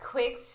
Quick